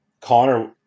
Connor